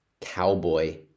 cowboy